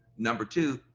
number two,